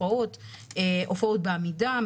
הופעות בעמידה,